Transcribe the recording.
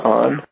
on